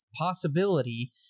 possibility